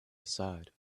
aside